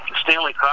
Stanley